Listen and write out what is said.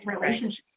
relationship